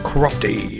Crofty